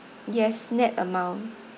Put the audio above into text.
yes nett amount